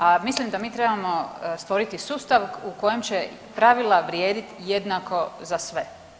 A mislim da mi trebamo stvoriti sustav u kojem će pravila vrijedit jednako za sve.